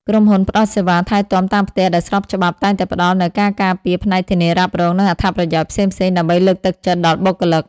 ក្រុមហ៊ុនផ្ដល់សេវាថែទាំតាមផ្ទះដែលស្របច្បាប់ តែងតែផ្តល់នូវការការពារផ្នែកធានារ៉ាប់រង និងអត្ថប្រយោជន៍ផ្សេងៗដើម្បីលើកទឹកចិត្តដល់បុគ្គលិក។